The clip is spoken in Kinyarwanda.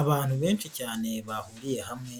Abantu benshi cyane bahuriye hamwe,